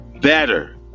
better